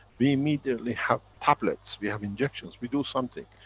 we immediately have tablets, we have injections, we do something.